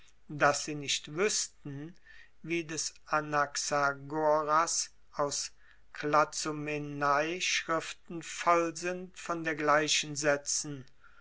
daß sie nicht wüßten wie des anaxagoras aus klazomenai schriften voll sind von dergleichen sätzen